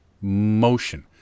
motion